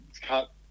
cut